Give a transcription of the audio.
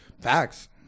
Facts